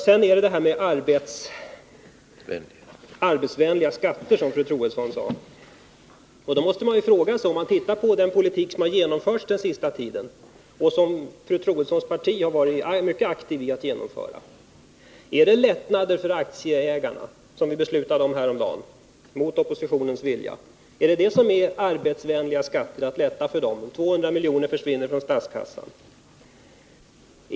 Sedan gäller det de arbetsvänliga skatterna, som fru Troedsson uttryckte sig. Om man ser på den politik som genomförts den sista tiden och som fru Troedssons parti varit mycket aktivt när det gäller att genomföra, måste man fråga sig: Är det lättnader för aktieägarna — som riksdagen beslutade om häromdagen mot oppositionens vilja — som avses med att skatterna skall vara arbetsvänliga? Här försvinner 200 miljoner från statskassan.